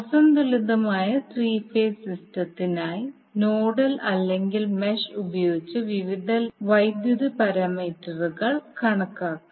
അസന്തുലിതമായ three phase സിസ്റ്റത്തിനായി nodal അല്ലെങ്കിൽ മെഷ് ഉപയോഗിച്ച് വിവിധ വൈദ്യുത പാരാമീറ്ററുകൾ കണക്കാക്കാം